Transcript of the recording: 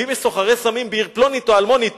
ואם יש סוחרי סמים בעיר פלונית או אלמונית,